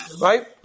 Right